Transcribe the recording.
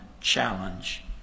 challenge